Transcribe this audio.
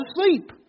asleep